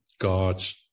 God's